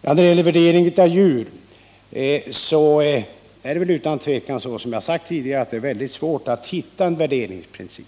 När det gäller värdering av djur är det utan tvivel, som jag har sagt tidigare, svårt att hitta en värderingsprincip.